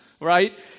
right